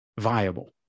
viable